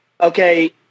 okay